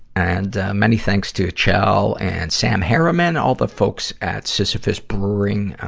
and, ah, many thanks to kjell and sam harriman. all the folks at sisyphus brewing,